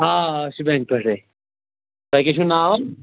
آ أسۍ چھِ بینٛک پٮ۪ٹھٕے تۄہہِ کیٛاہ چھُو ناو